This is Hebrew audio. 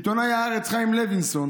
עיתונאי הארץ חיים לוינסון